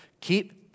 Keep